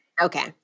Okay